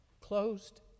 closed